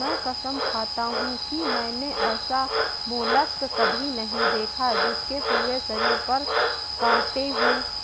मैं कसम खाता हूँ कि मैंने ऐसा मोलस्क कभी नहीं देखा जिसके पूरे शरीर पर काँटे हों